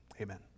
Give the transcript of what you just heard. amen